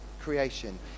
creation